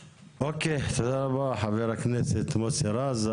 אוקיי, תודה רבה חבר הכנסת מוסי רז.